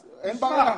אין בעיה.